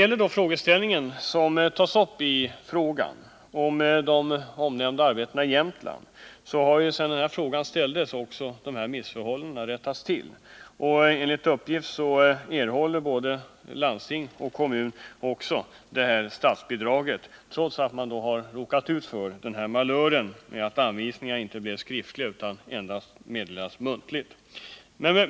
Dessa jobb har Vad gäller de aktuella arbetena i Jämtland, som tas upp i frågan, har sedan denna fråga ställdes missförhållandena rättats till. Enligt uppgift erhåller både landsting och kommun det här statsbidraget trots att man råkat ut för ”malören” med att anvisningarna inte blev skriftliga utan endast meddelades muntligt.